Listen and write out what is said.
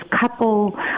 couple